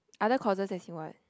other courses as in what